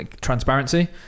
transparency